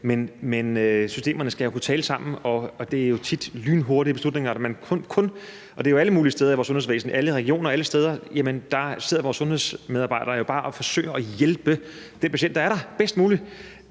men systemerne skal jo kunne tale sammen, og der er jo tit tale om lynhurtige beslutninger. Og det er alle mulige steder i vores sundhedsvæsen, alle regioner, alle steder, hvor vores sundhedsmedarbejdere sidder og forsøger at hjælpe den patient, der er der, bedst muligt